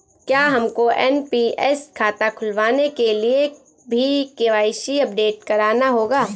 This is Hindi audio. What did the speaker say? क्या हमको एन.पी.एस खाता खुलवाने के लिए भी के.वाई.सी अपडेट कराना होगा?